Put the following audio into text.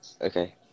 okay